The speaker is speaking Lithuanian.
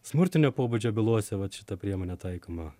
smurtinio pobūdžio bylose vat šita priemonė taikoma